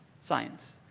Science